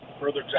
Further